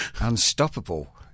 Unstoppable